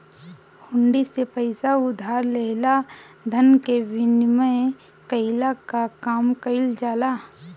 हुंडी से पईसा उधार लेहला धन के विनिमय कईला कअ काम कईल जाला